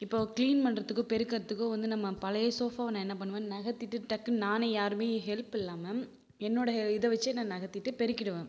இப்போ க்ளீன் பண்ணுறதுக்கு பெறுக்கறதுக்கு வந்து நம்ம பழைய ஷோஃபாவை நான் என்ன பண்ணுவேன் நகர்த்திட்டு டக்குன்னு நானே யாருமே ஹெல்ஃப் இல்லாமல் என்னோட இதை வச்சே நான் நகர்த்திட்டு பெறுக்கிவிடுவேன்